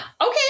Okay